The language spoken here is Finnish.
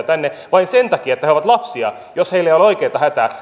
lapsia tänne vain sen takia että he ovat lapsia vaikka heillä ei ole oikeata hätää